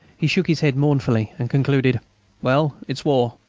he shook his head mournfully, and concluded well. it's war.